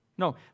No